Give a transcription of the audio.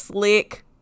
slick